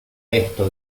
esto